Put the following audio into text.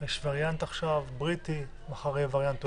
יש וריאנט בריטי עכשיו, מחר יהיה וריאנט הולנדי.